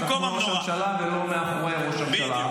מול ראש הממשלה ולא מאחורי ראש הממשלה.